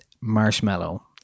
Marshmallow